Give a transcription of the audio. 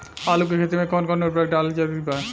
आलू के खेती मे कौन कौन उर्वरक डालल जरूरी बा?